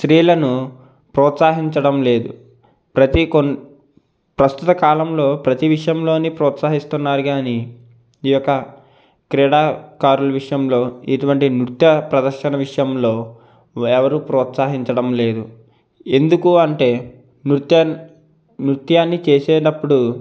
స్త్రీలను ప్రోత్సహించడం లేదు ప్రతీ కొన్ ప్రస్తుత కాలంలో ప్రతి విషయంలో ప్రోత్సహిస్తున్నారు కాని ఈ యొక్క క్రీడాకారుల విషయంలో ఇటువంటి నృత్య ప్రదర్శన విషయంలో ఎవరు ప్రోత్సహించడం లేదు ఎందుకు అంటే నృత్య నృత్యాన్ని చేసేటప్పుడు